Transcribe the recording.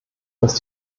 dass